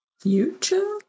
future